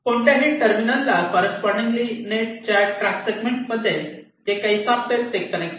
कोणत्याही टर्मिनलला कॉररेस्पॉन्डिन्गली नेटच्या ट्रॅक सेगमेंटमध्ये जे काही सापडेल ते कनेक्ट करा